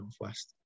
Northwest